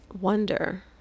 wonder